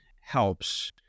helps